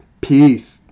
Peace